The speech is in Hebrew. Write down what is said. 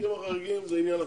המקרים החריגים זה עניין אחר.